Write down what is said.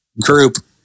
group